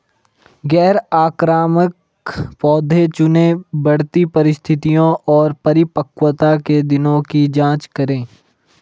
गैर आक्रामक पौधे चुनें, बढ़ती परिस्थितियों और परिपक्वता के दिनों की जाँच करें